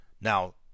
now